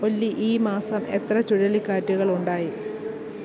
ഒല്ലി ഈ മാസം എത്ര ചുഴലിക്കാറ്റുകളുണ്ടായി